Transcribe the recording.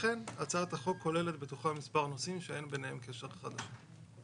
אכן הצעת החוק כוללת בתוכה מספר נושאים שאין ביניהם קשר אחד לשני.